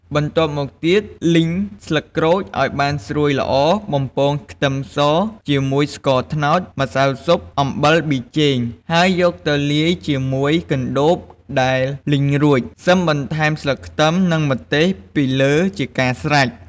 បន្ទាប់់មកទៀត លីងស្លឹកក្រូចឱ្យបានស្រួយល្អ បំពងខ្ទឹមស ជាមួយស្ករត្នោត ម្សៅស៊ុប អំបិល ប៊ីចេង ហើយយកទៅលាយជាមួយកណ្តូបដែលលីងរួច សិមបន្ថែមស្លឹកខ្ទឹមនិងម្ទេសពីលើជាការស្រេច។